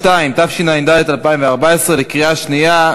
התשע"ד 2014, קריאה שנייה.